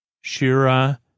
Shira